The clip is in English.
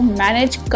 manage